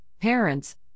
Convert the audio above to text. parents